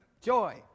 Joy